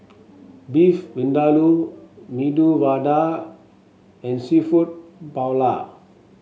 Beef Vindaloo Medu Vada and seafood Paella